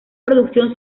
producción